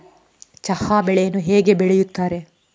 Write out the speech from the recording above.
ಚಹಾ ಬೆಳೆಯನ್ನು ಹೇಗೆ ಬೆಳೆಯುತ್ತಾರೆ?